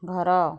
ଘର